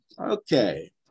okay